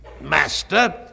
master